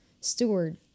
steward